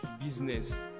business